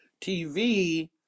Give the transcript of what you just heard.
TV